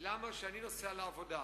למה כשאני נוסע לעבודה,